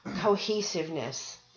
cohesiveness